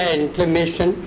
inflammation